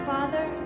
Father